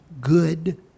good